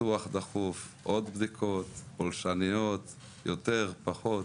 ניתוח דחוף, עוד בדיקות פולשניות יותר/פחות,